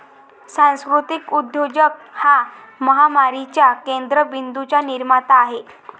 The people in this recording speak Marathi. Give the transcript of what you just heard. सांस्कृतिक उद्योजक हा महामारीच्या केंद्र बिंदूंचा निर्माता आहे